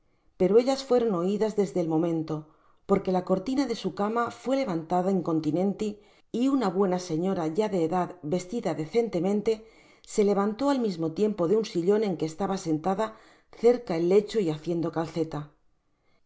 pero ellas fueron oidas desde el momento porque la cortina de su cama fuá levantada incontinenti y una buena señora ya de edad vestida decentemente se levantó al mismo tiempo deun sillon en que estaba sentada cerca el lecho y haciendo calzeta